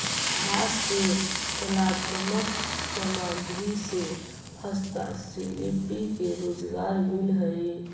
बांस के कलात्मक सामग्रि से हस्तशिल्पि के रोजगार मिलऽ हई